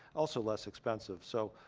also less expensive. so,